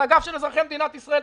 על הגב של אזרחי מדינת ישראל,